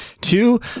Two